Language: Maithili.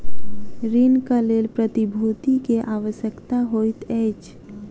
ऋणक लेल प्रतिभूति के आवश्यकता होइत अछि